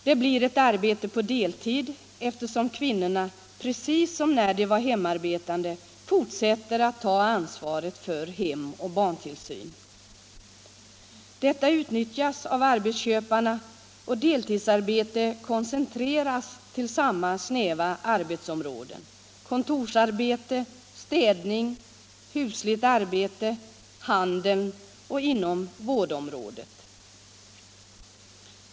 Det blir ett arbete på deltid, eftersom kvinnorna precis som när de var hemarbetande fortsätter att ta ansvaret för hem och barntillsyn. Detta utnyttjas av arbetsköparna, och deltidsarbete är koncentrerat till samma snäva arbetsområden: kontorsarbete, städning, husligt arbete, handeln och vårdyrken.